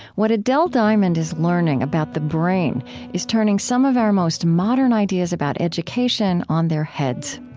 what adele diamond is learning about the brain is turning some of our most modern ideas about education on their heads.